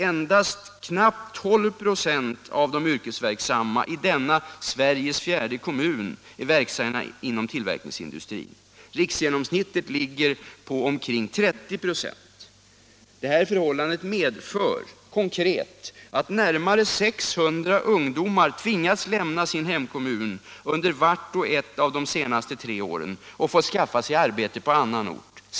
Knappt 12 926 av de yrkesverksamma i denna Sveriges fjärde kommun är verksamma inom tillverkningsindustrin. Riksgenomsnittet ligger på omkring 30 96. Det förhållandet medför konkret att närmare 600 ungdomar, komna direkt från skolan, tvingats lämna sin hemkommun under vart och ett av de senaste tre åren och fått skaffa sig arbete på annan ort.